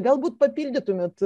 galbūt papildytumėt